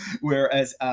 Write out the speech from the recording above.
Whereas